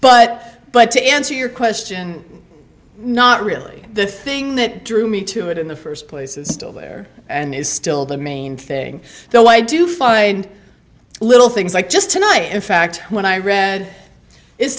but but to answer your question not really the thing that drew me to it in the first place is still there and is still the main thing though i do find little things like just tonight in fact when i read it